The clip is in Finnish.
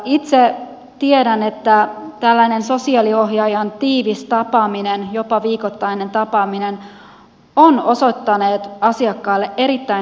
itse tiedän että tällainen sosiaaliohjaajan tiivis tapaaminen jopa viikoittainen tapaaminen on osoittautunut asiakkaalle erittäin hyödylliseksi